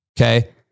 Okay